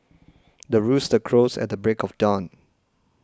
the rooster crows at the break of dawn